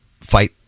fight